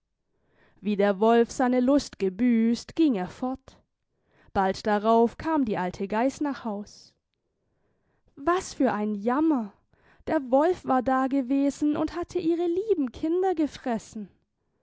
wie der wolf seine lust gebüßt ging er fort bald darauf kam die alte geis nach haus was für ein jammer der wolf war da gewesen und hatte ihre lieben kinder gefressen